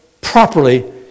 properly